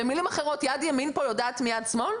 במילים אחרות, יד ימין פה יודעת מיד שמאל?